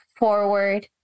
forward